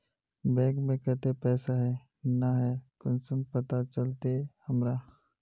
Bank में केते पैसा है ना है कुंसम पता चलते हमरा?